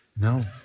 No